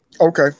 Okay